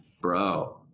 bro